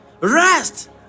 rest